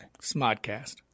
Smodcast